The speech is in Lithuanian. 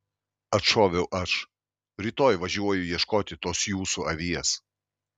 atšoviau aš rytoj važiuoju ieškoti tos jūsų avies